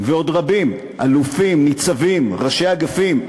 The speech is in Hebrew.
ועוד רבים, אלופים, ניצבים, ראשי אגפים,